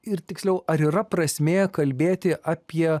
ir tiksliau ar yra prasmė kalbėti apie